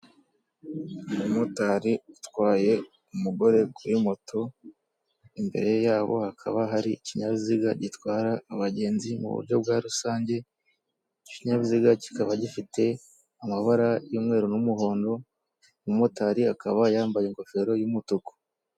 Umumotari utwaye umugore kuri moto imbere y'abo hakaba hari ikinyabiziga gitwara abagenzi mu buryo bwa rusange, icyo kinyabiziga kikaba gifite amabara y'umweru n'umuhondo, uwo mumotari akaba yambaye ingofero y'umutuku.